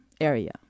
area